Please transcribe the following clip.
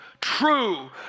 true